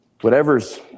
whatever's